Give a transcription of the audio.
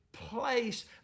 place